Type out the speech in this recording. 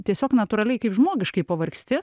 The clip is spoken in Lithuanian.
tiesiog natūraliai kaip žmogiškai pavargsti